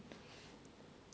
um